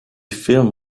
film